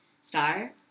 star